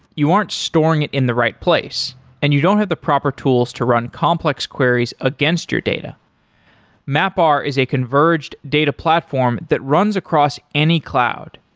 you aren't storing it in the right place and you don't have the proper tools to run complex queries against your data mapr is a converged data platform that runs across any cloud.